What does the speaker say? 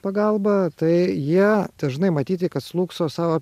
pagalba tai jie dažnai matyti kad slūgso savo